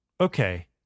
Okay